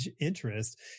interest